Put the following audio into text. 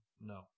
No